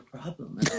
problem